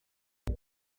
des